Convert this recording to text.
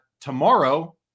Tomorrow